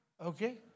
Okay